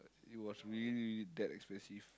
it was really really that expensive